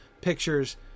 pictures